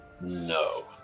No